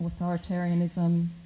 authoritarianism